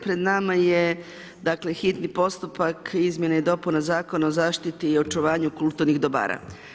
Pred nama je hitni postupak izmjene i dopuna Zakona o zaštiti i očuvanju kulturnih dobara.